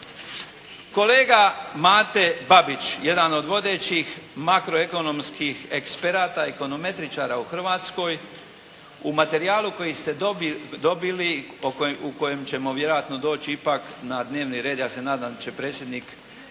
Kolega Mate Babić jedan od vodećih makroekonomskih eksperata, ekonometričara u Hrvatskoj u materijalu koji ste dobili u kojem ćemo vjerojatno doći ipak na dnevni red ja se nadam da će predsjednik